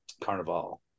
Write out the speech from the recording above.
carnival